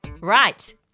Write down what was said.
Right